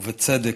ובצדק,